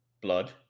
blood